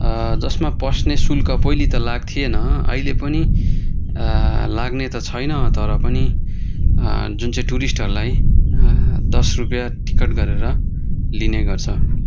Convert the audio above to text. जसमा पस्ने शुल्क पहिला त लाग्थेन अहिले पनि लाग्ने त छैन तर पनि जुन चाहिँ टुरिस्टहरूलाई दस रुपियाँ टिकट गरेर लिने गर्छ